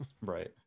Right